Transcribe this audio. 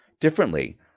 differently